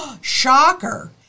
shocker